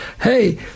hey